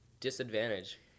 disadvantage